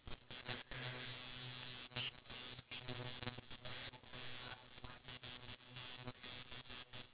and she feels much more tired so that we already done but do you think it's also important for us to educate the elderly